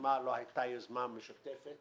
היוזמה לא הייתה יוזמה משותפת.